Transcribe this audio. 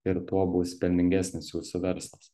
ir tuo bus pelningesnis jūsų verslas